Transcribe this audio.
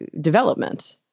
development